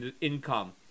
income